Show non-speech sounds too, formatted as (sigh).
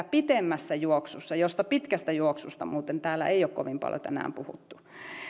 (unintelligible) pitemmässä juoksussa pitkästä juoksusta täällä muuten ei ole kovin paljon tänään puhuttu